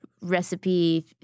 recipe